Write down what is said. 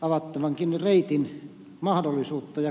avattavankin reitin mahdollisuutta ja kannattavuutta